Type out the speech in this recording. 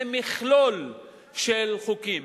זה מכלול של חוקים,